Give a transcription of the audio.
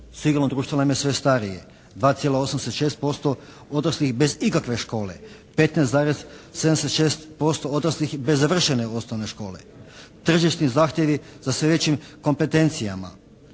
Sigurno društvo nam je sve starije, 2,86% odraslih bez ikakve škole, 15,76% odraslih bez završene osnovne škole, tržišni zahtjevi za sve većim kompetencijama,